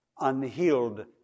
unhealed